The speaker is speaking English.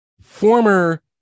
former